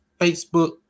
Facebook